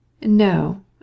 No